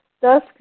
Thus